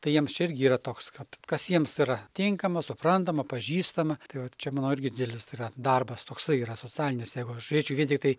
tai jiems čia irgi yra toks kad kas jiems yra tinkama suprantama pažįstama tai vat čia mano irgi didelis tai yra darbas toksai yra socialinis jeigu aš žiūrėčiau vien tiktai